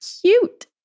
cute